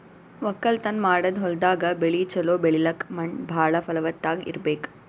ವಕ್ಕಲತನ್ ಮಾಡದ್ ಹೊಲ್ದಾಗ ಬೆಳಿ ಛಲೋ ಬೆಳಿಲಕ್ಕ್ ಮಣ್ಣ್ ಭಾಳ್ ಫಲವತ್ತಾಗ್ ಇರ್ಬೆಕ್